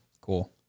Cool